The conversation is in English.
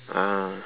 uh